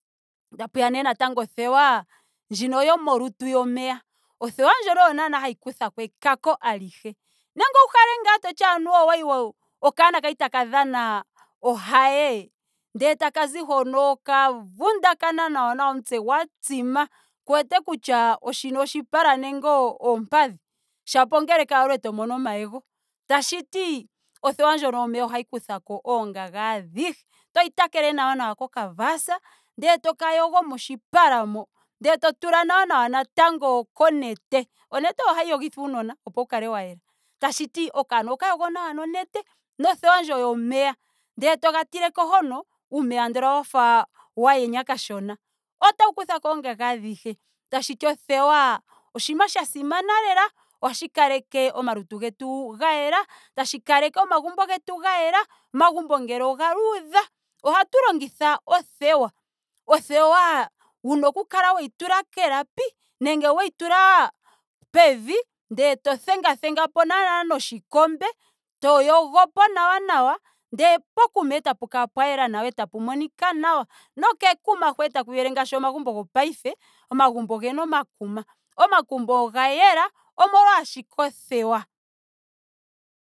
Tapuya nee othewa yomolutu ndjino yomeya. Othewa ndjono oyo naana hayi kuthako ekako alihe. Nando owuuhale ngaa kutya anuwa okwali wa- okaana kwali taka dhana ohaye ndele sho takazi hono oka vundakana nawa nawa omutse gwa tsima ku wete kutya shino oshipala nenge oompadhi. shapo ongele ka yolo eto mono omayego. Tashiti othewa ndjono yomeya ohayi kuthako oongaga adhihe. Toyi takele nawa kokavaasa. ndele toka yogo moshipala mo. ndele to tula naana natango konete. Onete ohayi yogithwa uunona opo wu kale wa yela. tashiti okanona oho ka yogo nawa nonete nothewa ndjo yomeya. ndele toga tileko hono. uumeya andola wafa wa yenya kashona ota wu kuthako oongaga adhihe. Tashiti othewa oshinima sha simana lela ohashi kaleke omalutu getu ga yela. tashi kaleke omagmbo getu ga yela. Omagumbo ngele oga luudha ohatu longitha othewa. othewa wuna oku kala weyi tula kelapi nenge weyi tula pevi ndele to thengathengapo nawa nawa noshikombe. to yogopo nawa nawa ndela pokuma tapu kala pa yela nawa etapa monika nawa. Nokekuma ho etaku yele ngaashi omagumbo gopaife. omagumbo ogena omakuma. omakuma oga yela omolwa ashike othewa